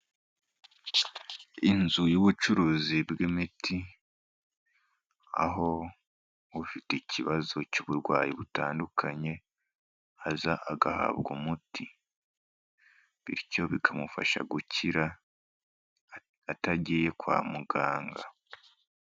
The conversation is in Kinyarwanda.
Inzu y'ubucuruzi bw'imiti, aho ufite ikibazo cy'uburwayi butandukanye aza agahabwa umuti, bityo bikamufasha gukira atagiye kwa muganga.